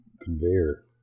conveyor